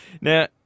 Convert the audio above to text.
Now